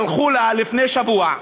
שלחו לה לפני שבוע,